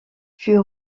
fut